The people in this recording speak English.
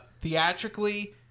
theatrically